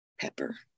pepper